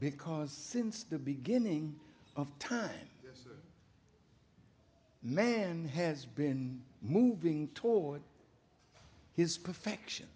because since the beginning of time this man has been moving toward his perfection